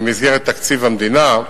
במסגרת תקציב המדינה,